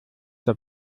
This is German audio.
der